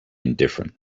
indifferent